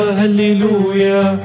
hallelujah